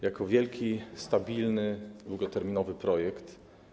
Jako wielki, stabilny, długoterminowy projekt.